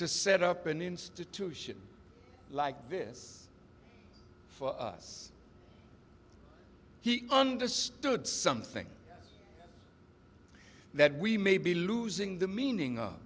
to set up an institution like this for us he understood something that we may be losing the meaning